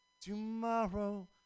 tomorrow